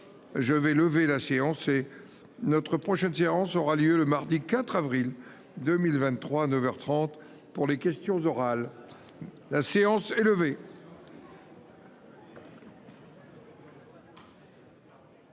Je vais lever la séance est notre prochaine séance aura lieu le mardi 4 avril, 2023 9h 30 pour les questions orales. La séance est levée.